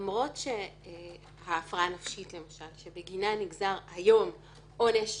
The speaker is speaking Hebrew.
למרות ההפרעה הנפשית, למשל, שבגינה נגזר היום עונש